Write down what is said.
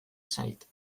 zait